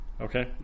Okay